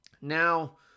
now